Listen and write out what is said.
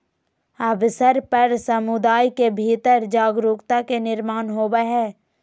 अवसर पर समुदाय के भीतर जागरूकता के निर्माण होबय हइ